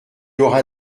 auras